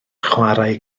chwarae